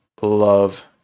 love